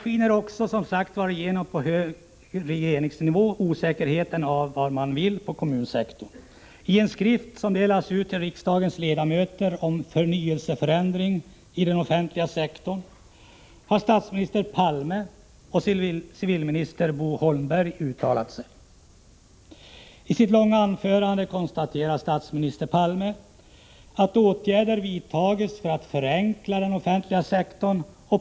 Osäkerheten om vad man vill beträffande den kommunala sektorn skiner, som sagt, igenom också på hög regeringsnivå. I en skrift, som delats ut till riksdagens ledamöter, om förnyelse och förändring i den offentliga sektorn har statsminister Palme och civilminister Bo Holmberg uttalat sig. I sitt långa uttalande konstaterar statsminister Palme att åtgärder vidtagits för att förenkla inom den offentliga sektorn.